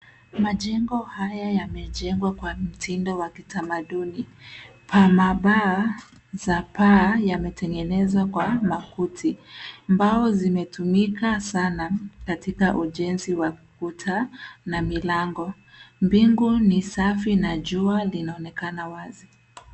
Majengo haya yamejengwa kwa mtindo wa kitamaduni. Pamabaa za paa yametengenezwa kwa makuti. Mbao zimetumika sana katika ujenzi wa kuta na milango. Mbingu ni safi na jua linaonekana wazi.